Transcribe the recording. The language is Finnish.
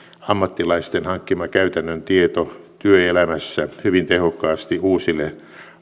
ammattilaisten hankkima käytännön tieto työelämässä hyvin tehokkaasti uusille